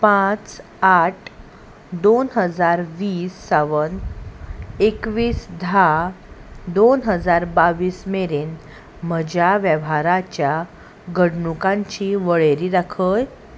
पांच आठ दोन हजार वीस सावन एकवीस धा दोन हजार बावीस मेरेन म्हज्या वेव्हाराच्या घडणुकांची वळेरी दाखय